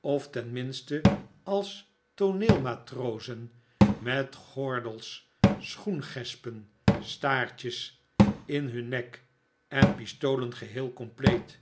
of tenminste als tooneelmatrozen met gordels schoengespen staartjes in hun nek en pistolen geheel compleet